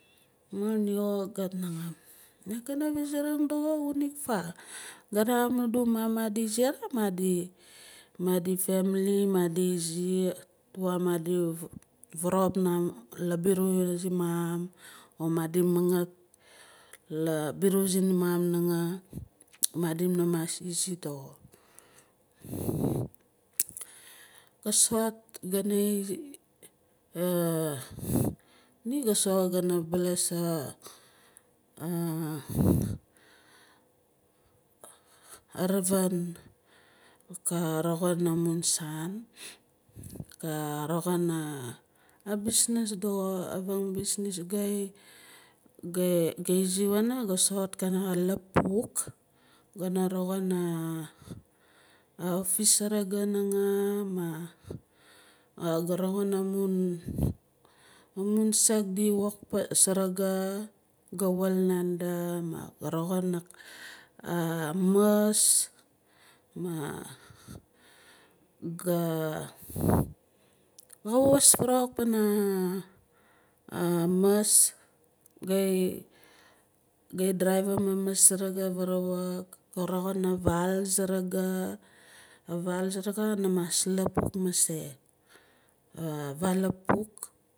Maa nixo ga naxam maa ga fazarang doxo xunig faan? Ga namin adu mum madi iziar a madi madi family madi zi tuwa madi vaarop la biru zimum or madi mangat lar biru zimun nanga madina mas izi doxo ga soxot gana izi ni ga soxot gana baalas aravin ka roxin amun saan ka roxin a businis dox avang businis gai izi pana gai soxot kana lapuk gana roxin a office saraga nanga ma ga roxin amun saak di wok saraga ga waal nanda ma ga roxin a muus ma ga ka kawas farawuk pana oh muus gai idraivim a muss saraca varawuk go roxin a vaal saraga a vaal saraga kana mas lapuk mase. A vaal lapuk.